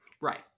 right